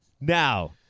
Now